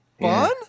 Fun